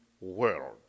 world